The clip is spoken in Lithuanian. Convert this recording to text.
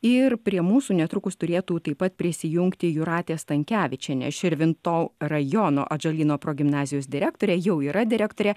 ir prie mūsų netrukus turėtų taip pat prisijungti jūratė stankevičienė širvinto rajono atžalyno progimnazijos direktorė jau yra direktorė